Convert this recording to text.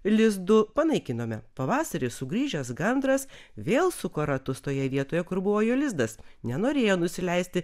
lizdu panaikinome pavasarį sugrįžęs gandras vėl suko ratus toje vietoje kur buvo jo lizdas nenorėjo nusileisti